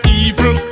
evil